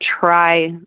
try